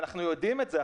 אנחנו יודעים את זה,